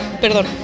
Perdón